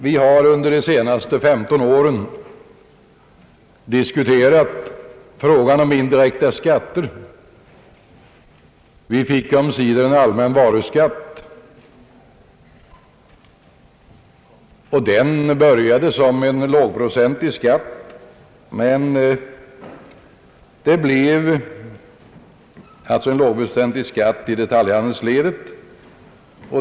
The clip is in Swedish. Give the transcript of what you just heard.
Vi har under de senaste 15 åren diskuterat frågan om indirekta skatter. Vi fick omsider en allmän varuskatt, och den började som en lågprocentig skatt i detaljhandelsledet.